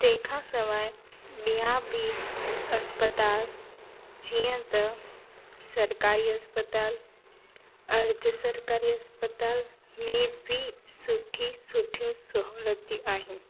तंहिं खां सवाइ ॿिया बि अस्पताल जीअं त सरकारी अस्पताल अर्ध सरकारी अस्पताल में भी सुठी सुठियूं सहूलियतूं आहिनि